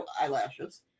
eyelashes